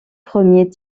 premier